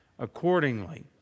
Accordingly